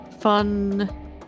fun